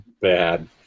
Bad